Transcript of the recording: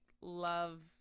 love